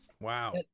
Wow